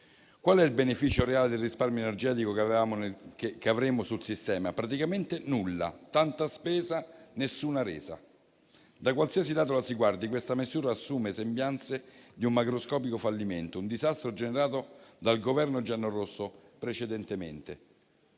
Qual è il beneficio reale del risparmio energetico che avremo sul sistema? Praticamente nulla: tanta spesa per nessuna resa. Da qualsiasi lato la si guardi, questa misura assume le sembianze di un macroscopico fallimento, un disastro precedentemente generato dal Governo giallorosso. Gli interventi